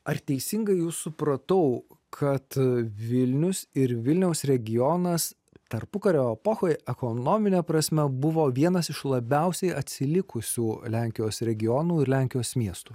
ar teisingai jus supratau kad vilnius ir vilniaus regionas tarpukario epochoje ekonomine prasme buvo vienas iš labiausiai atsilikusių lenkijos regionų ir lenkijos miestų